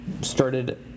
started